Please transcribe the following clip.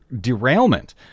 derailment